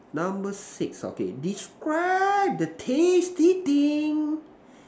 number six okay describe the tasty thing